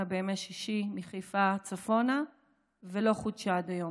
בימי שישי מחיפה צפונה ולא חודשה עד היום.